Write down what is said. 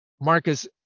Marcus